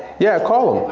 yeah call them.